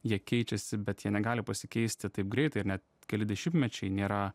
jie keičiasi bet jie negali pasikeisti taip greitai ir net keli dešimtmečiai nėra